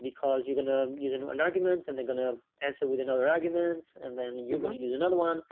because you're going to ah use an an argument and they're going to answer with another argument and then you're going to use another one.